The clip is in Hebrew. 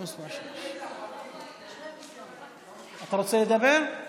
מס' 34) (רישום חברה באופן מקוון),